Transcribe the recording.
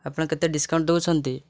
ଆପଣ କେତେ ଡିସ୍କାଉଣ୍ଟ ଦେଉଛନ୍ତି